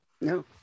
No